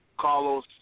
Carlos